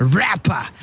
rapper